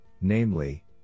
namely